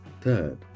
third